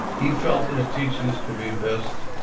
he felt his teachings could be best